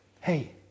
Hey